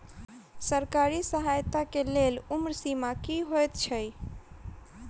सरकारी सहायता केँ लेल उम्र सीमा की हएत छई?